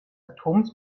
atoms